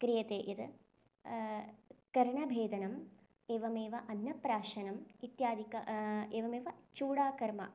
क्रियते यत् कर्णवेधनम् एवमेव अन्नप्राशनम् इत्यादिकं एवमेव चूडाकर्मः